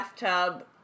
bathtub